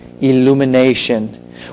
illumination